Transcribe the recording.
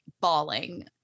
bawling